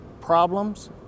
problems